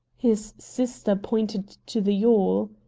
his sister pointed to the yawl.